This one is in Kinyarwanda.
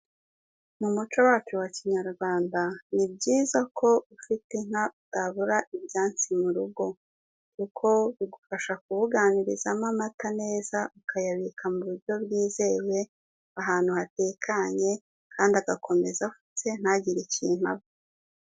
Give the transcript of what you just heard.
Mu muco wacu wa Kinyarwanda ni byiza ko ufite inka utabura ibyansi mu rugo, kuko bigufasha kubuganirizamo amata neza ukayabika mu buryo bwizewe ahantu hatekanye kandi agakomeza ndetse ntagire ikintu aba.